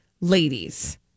Ladies